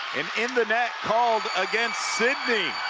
and in the net called against sidney.